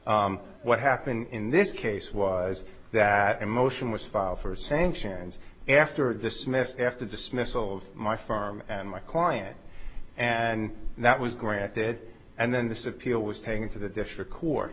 n what happened in this case was that a motion was filed for sanctions after dismissed after dismissal of my farm and my client and that was granted and then this appeal was paying to the district court